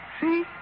See